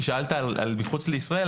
כי שאלת על מחוץ לישראל,